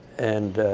and